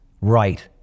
right